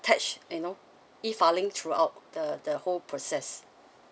~ttach you know E filing throughout the the whole process